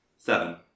Seven